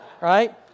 right